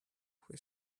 who